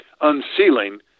unsealing